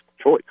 choice